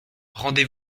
rendez